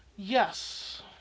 Yes